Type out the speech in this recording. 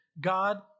God